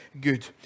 good